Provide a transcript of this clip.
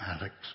Alex